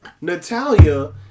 Natalia